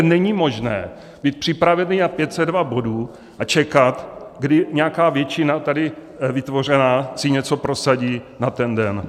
Není možné být připravený na 502 bodů a čekat, kdy nějaká většina tady vytvořená si něco prosadí na ten den.